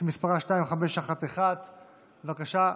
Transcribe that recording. שמספרה 2511. בבקשה,